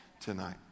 tonight